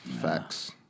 Facts